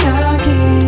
again